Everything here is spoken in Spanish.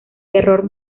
terror